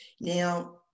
Now